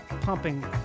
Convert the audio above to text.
pumping